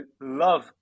love